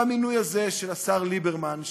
והמינוי הזה של השר ליברמן,